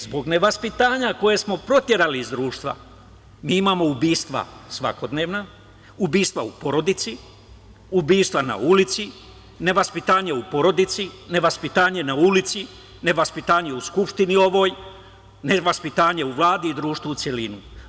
Zbog nevaspitanja koje smo proterali iz društva mi imamo ubistva svakodnevna, ubistva u porodici, ubistva na ulici, nevaspitanje u porodici, nevaspitanje u skupštini ovoj, nevaspitanje u Vladi i društvu u celini.